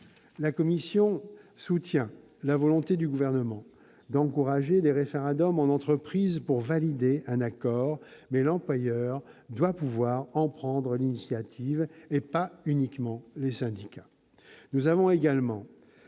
La commission soutient la volonté du Gouvernement d'encourager les référendums en entreprise pour valider un accord, mais l'employeur doit pouvoir en prendre l'initiative, et pas uniquement les syndicats.